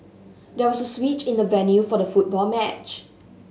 there was a switch in the venue for the football match